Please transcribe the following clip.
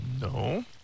No